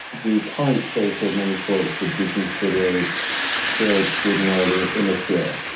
the current state of memory sports would be considered still extraordinarily immature.